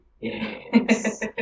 Yes